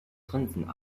grinsen